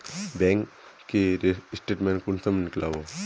Bank के statement कुंसम नीकलावो?